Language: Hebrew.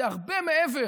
זה הרבה מעבר